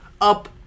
up